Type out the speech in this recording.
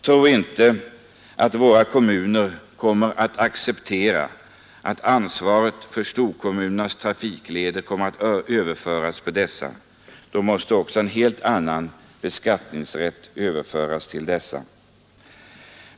Tro inte att våra kommuner kommer att acceptera att ansvaret för storkommunernas trafikleder kommer att överföras på dem! Då måste en helt annan beskattningsrätt överföras till kommunerna.